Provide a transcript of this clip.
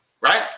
Right